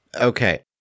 Okay